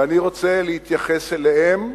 ואני רוצה להתייחס אליהם.